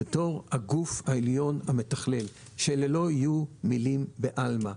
בתור הגוף העליון המתכלל שאלה לא יהיו מילים בעלמא,